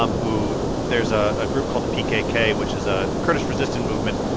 um who there's ah a group called the pkk, which is a kurdish resistance movement.